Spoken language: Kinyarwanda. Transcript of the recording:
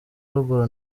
ruguru